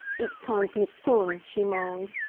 ich kann's nicht thun! she moaned.